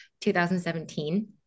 2017